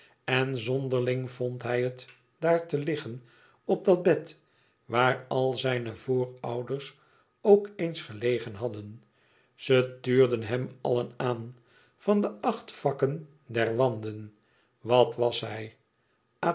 en zonderling vond hij het daar te liggen op dat bed waar alle zijne voorouders ook eens gelegen hadden ze tuurden hem allen aan van de acht vakken der wanden wat was hij